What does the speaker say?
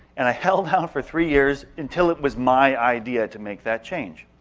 and i held out for three years until it was my idea to make that change.